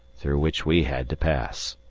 through which we had to pass.